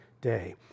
day